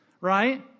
right